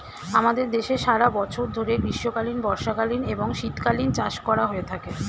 আমাদের দেশে সারা বছর ধরে গ্রীষ্মকালীন, বর্ষাকালীন এবং শীতকালীন চাষ করা হয়ে থাকে